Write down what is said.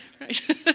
Right